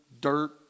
dirt